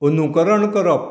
अनुकरण करप